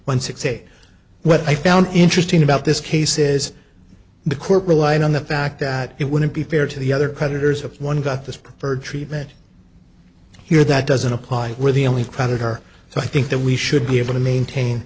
one six eight what i found interesting about this case is the court relied on the fact that it wouldn't be fair to the other creditors have one got this preferred treatment here that doesn't apply were the only predator so i think that we should be able to maintain